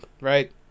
right